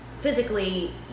physically